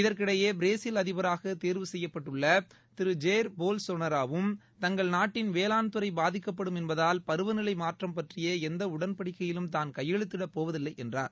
இதற்கிடையேபிரேசில் அதிபராகதேர்வு செய்யப்பட்டுள்ளதிருஜேர் போல்சோநரோவும் தங்கள் நாட்டின் வேளான் துறைபாதிக்கப்படும் என்பதால் பருவநிலைமாற்றம் பற்றியஎந்தஉடன்படிக்கையிலும் தான் கையெழுத்திடப் போவதில்லைஎன்றார்